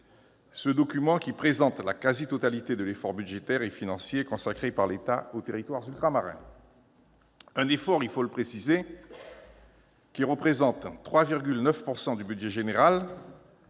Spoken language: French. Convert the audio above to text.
Ce document présente la quasi-totalité de l'effort budgétaire et financier consacré par l'État aux territoires ultramarins. Cet effort, il faut le préciser, correspond à 3,9 % du budget général,